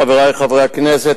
חברי חברי הכנסת,